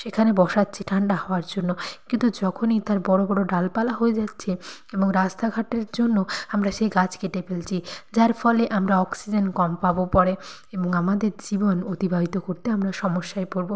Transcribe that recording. সেখানে বসাচ্ছি ঠাণ্ডা হাওয়ার জন্য কিন্তু যখনই তার বড় বড় ডালপালা হয়ে যাচ্ছে এবং রাস্তাঘাটের জন্য আমরা সেই গাছ কেটে ফেলছি যার ফলে আমরা অক্সিজেন কম পাবো পরে এবং আমাদের জীবন অতিবাহিত করতে আমরা সমস্যায় পড়বো